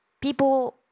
people